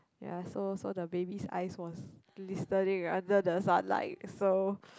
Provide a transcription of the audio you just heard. ya so so the baby's eyes was blistering under the sunlight so